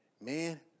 man